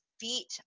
feet